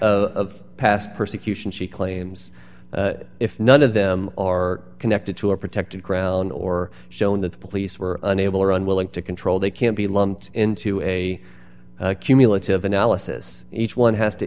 of past persecution she claims if none of them are connected to a protected ground or shown that the police were unable or unwilling to control they can't be lumped into a cumulative analysis each one has to